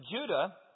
Judah